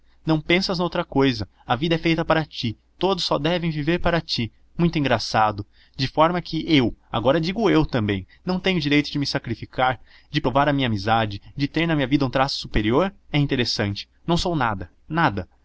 não pensas noutra cousa a vida é feita para ti todos só devem viver para ti muito engraçado de forma que eu agora digo eutambém não tenho direito de me sacrificar de provar a minha amizade de ter na minha vida um traço superior é interessante não sou nada nada